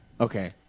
Okay